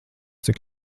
cik